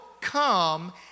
come